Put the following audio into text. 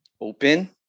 open